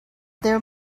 their